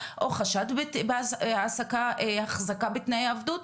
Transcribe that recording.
לאחת מהמטרות האלה.